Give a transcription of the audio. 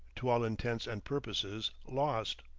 to all intents and purposes lost.